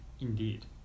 Indeed